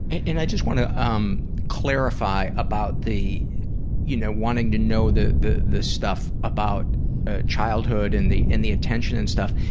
and i just want to um clarify about the you know wanting to know the the stuff about ah childhood and the and the attention and stuff.